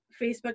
Facebook